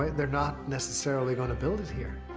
they're not necessarily going to build it here.